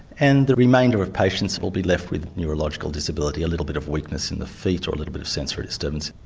and the remainder of patients will be left with neurological disability, a little bit of weakness in the feet or a little bit of sensory disturbance.